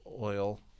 oil